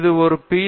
இது ஒரு பி